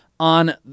on